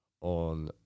on